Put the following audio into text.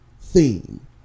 theme